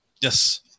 Yes